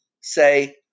Say